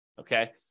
okay